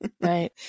right